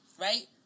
right